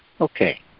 Okay